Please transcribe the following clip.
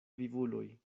vivuloj